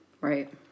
Right